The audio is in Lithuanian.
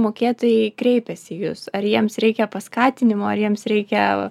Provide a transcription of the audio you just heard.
mokėtojai kreipėsi į jus ar jiems reikia paskatinimo ar jiems reikia